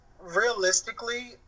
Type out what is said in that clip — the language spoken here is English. Realistically